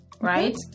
right